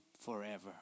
forever